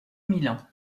milan